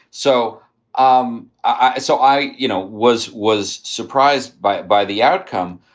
so um i so i, you know, was was surprised by by the outcome.